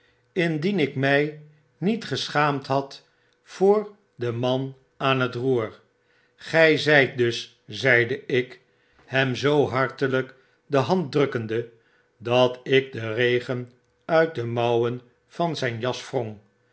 indien ik my niet geschaamd had voor den man aan het roer gy zyt dus zeide ik hem zoo hartelyk de band drukkende dat ik den regen uit de mouwen van zyn jas wrong